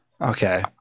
Okay